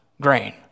grain